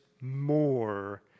more